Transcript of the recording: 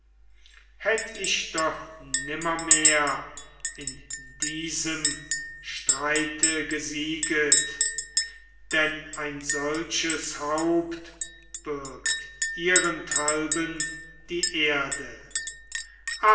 hätt ich doch nimmermehr in diesem streite gesieget denn ein solches haupt birgt ihrenthalben die erde